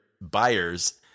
buyers